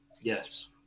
Yes